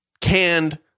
canned